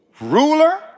ruler